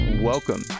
Welcome